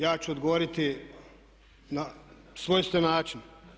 Ja ću odgovoriti na svojstven način.